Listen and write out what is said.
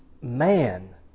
man